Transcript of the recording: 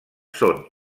són